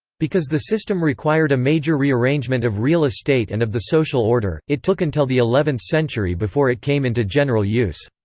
because the system required a major rearrangement of real estate and of the social order, it took until the eleventh century before it came into general use.